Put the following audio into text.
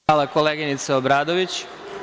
Hvala koleginice Obradović.